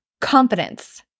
Confidence